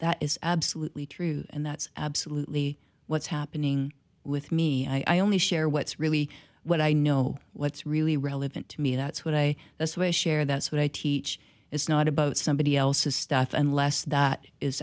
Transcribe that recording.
that is absolutely true and that's absolutely what's happening with me i only share what's really what i know what's really relevant to me that's what i that's what i share that's what i teach it's not about somebody else's stuff unless that is